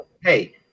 hey